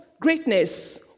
greatness